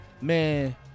man